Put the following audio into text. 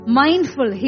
mindful